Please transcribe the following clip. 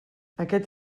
aquest